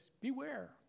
beware